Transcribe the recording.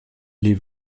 les